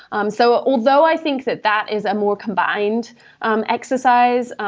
um so ah although i think that that is a more combined um exercise, ah